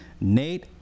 Nate